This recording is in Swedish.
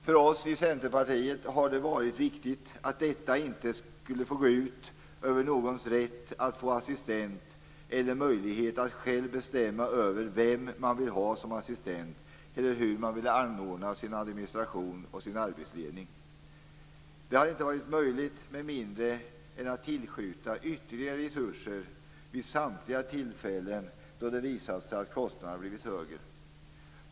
För oss i Centerpartiet har det varit viktigt att detta inte skulle få gå ut över någons rätt att få assistent eller möjlighet att själv bestämma över vem man vill ha som assistent eller hur man vill anordna sin administration och arbetsledning. Detta har inte varit möjligt med mindre än att tillskjuta ytterligare resurser vid samtliga tillfällen då det visat sig att kostnaderna blivit högre än väntat.